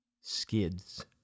skids